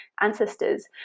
ancestors